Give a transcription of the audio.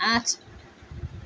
আঠ